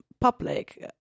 public